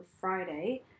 Friday